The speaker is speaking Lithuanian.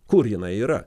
kur jinai yra